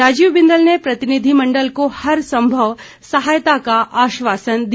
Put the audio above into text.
राजीव बिंदल ने प्रतिनिधिमंडल को हर संभव सहायता का आश्वासन दिया